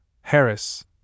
Harris